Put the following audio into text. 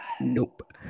Nope